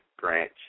branch